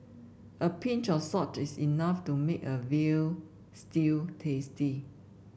a pinch of salt is enough to make a veal stew tasty